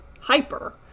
hyper